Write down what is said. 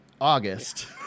August